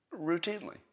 Routinely